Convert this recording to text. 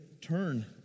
turn